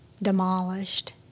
demolished